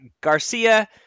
Garcia